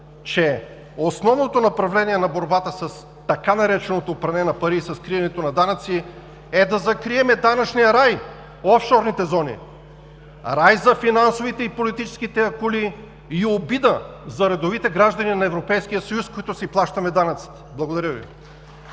че основното направление на борбата с така нареченото „пране на пари“ и с криенето на данъци е да закрием данъчния рай – офшорните зони, рай за финансовите и политическите акули и обида за редовите граждани на Европейския съюз, които си плащаме данъците. Благодаря Ви.